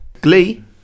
Glee